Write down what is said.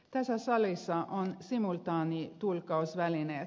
tässä salissa on simultaanitulkkausvälineet